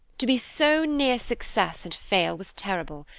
to be so near success and fail was terrible,